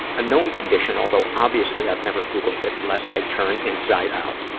a known condition, although obviously i've never googled it, lest i turn inside out.